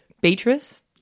Beatrice